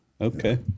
Okay